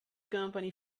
company